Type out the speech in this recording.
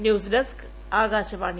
news desk Akashvani